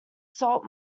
salt